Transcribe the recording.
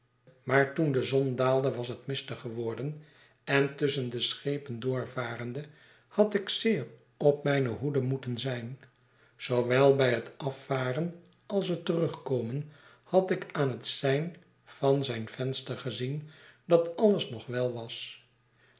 maar toen de zon daalde was het mistig gewo'rden en tusschen de schepen doorvarende had ik zeer op mijne hoede moeten zijn zoowel bij het afvaren als het terugkomen had ik aan het sein van zijn venster gezien dat alles nog wel was